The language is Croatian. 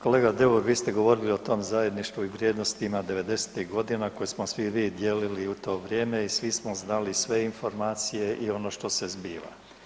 Kolega Deur vi ste govorili o tom zajedništvu i vrijednostima devedesetih godina koje smo svi mi dijelili u to vrijeme i svi smo znali sve informacije i ono što se zbiva.